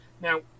Now